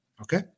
Okay